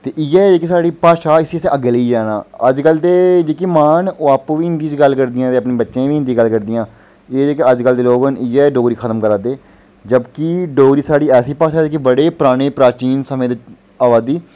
ते इ'यै जेह्की भाशा इसी असें अग्गें लेई जाना अजकल ते जेह्कियां मांऽ न ओह् आपूं बी हिंदी च गल्ल करदियां न ते अपने बच्चें ई बी हिंदी च गल्ल करदियां जेह्ड़े कि अजकल दे लोक न इ'यै डोगरी खत्म करै दे जबकि डोगरी साढ़ी ऐसी भाशा ऐ जेह्की बड़ी परानी प्राचीन समें दी अवा दी